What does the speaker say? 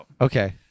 Okay